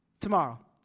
tomorrow